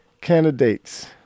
Candidates